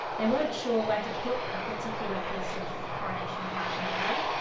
they weren't sure where to put a particular piece of coronation paraphernalia.